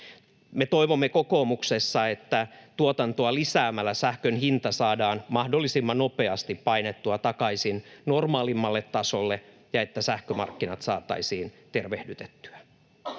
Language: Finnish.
Me toivomme kokoomuksessa, että tuotantoa lisäämällä sähkön hinta saadaan mahdollisimman nopeasti painettua takaisin normaalimmalle tasolle ja että sähkömarkkinat saataisiin tervehdytettyä.